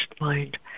mind